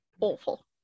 awful